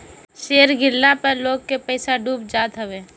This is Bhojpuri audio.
शेयर गिरला पअ लोग के पईसा डूब जात हवे